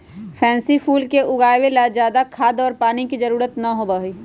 pansy फूल के उगावे ला ज्यादा खाद और पानी के जरूरत ना होबा हई